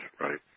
right